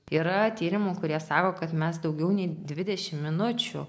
yra tyrimų kurie sako kad mes daugiau nei dvidešimt minučių